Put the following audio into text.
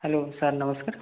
hello sir ନମସ୍କାର